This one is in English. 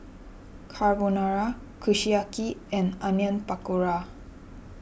Carbonara Kushiyaki and Onion Pakora